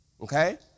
Okay